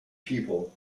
people